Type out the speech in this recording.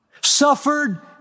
Suffered